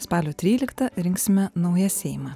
spalio tryliktą rinksime naują seimą